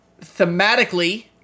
thematically